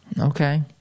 Okay